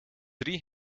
drie